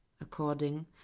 according